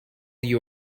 you